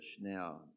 now